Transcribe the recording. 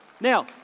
Now